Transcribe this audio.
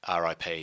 RIP